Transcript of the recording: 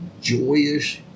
joyous